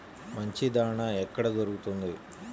మంచి దాణా ఎక్కడ దొరుకుతుంది?